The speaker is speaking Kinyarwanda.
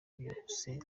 byose